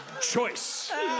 choice